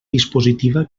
dispositiva